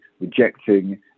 rejecting